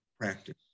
practice